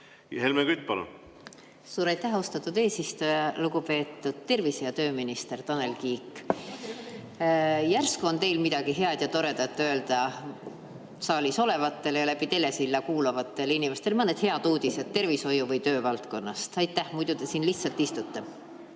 Helmen Kütt, palun! Suur aitäh, austatud eesistuja! Lugupeetud tervise- ja tööminister Tanel Kiik! Järsku on teil midagi head ja toredat öelda saalis olevatele ja läbi telesilla kuulavatele inimestele, mõned head uudised tervishoiu- või töövaldkonnast. Muidu te siin lihtsalt istute.